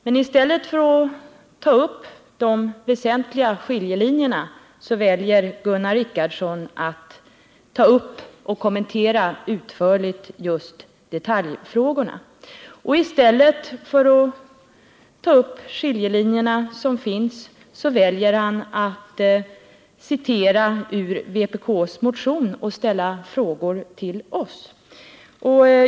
Men i stället för att ta upp de väsentliga skiljelinjer som faktiskt finns väljer Gunnar Richardson att ta upp och utförligt kommentera just detaljfrågorna. När det gäller de egentliga skiljelinjerna väljer han att citera ur vpk:s motion och ställer frågor till oss.